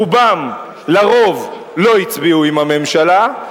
רובם לרוב לא הצביעו עם הממשלה,